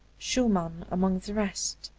schumann among the rest.